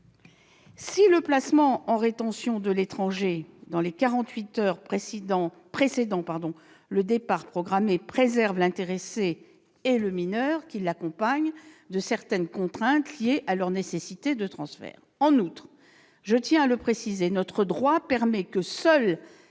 si le placement en rétention de l'étranger dans les 48 heures précédant le départ programmé préserve l'intéressé et le mineur qui l'accompagne de certaines contraintes liées à la nécessité de leur transfert. En outre, je précise que notre droit permet que seuls